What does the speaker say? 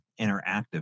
interactive